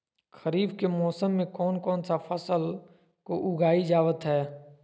खरीफ के मौसम में कौन कौन सा फसल को उगाई जावत हैं?